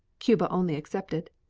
cuba only excepted.